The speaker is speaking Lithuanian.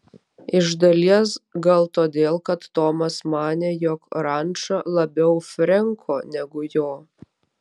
iš dalies gal todėl kad tomas manė jog ranča labiau frenko negu jo